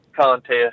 contest